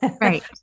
right